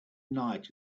night